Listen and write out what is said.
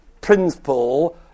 principle